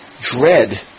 dread